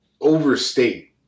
overstate